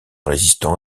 résistants